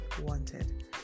wanted